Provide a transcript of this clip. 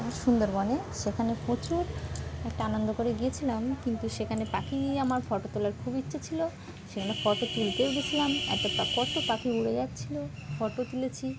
সুন্দরবনে সেখানে প্রচুর একটা আনন্দ করে গিয়েছিলাম কিন্তু সেখানে পাখি দিয়ে আমার ফটো তোলার খুব ইচ্ছে ছিলো সেখানে ফটো তুলতেও গেছিলাম এত কত পাখি উড়ে যাচ্ছিলো ফটো তুলেছি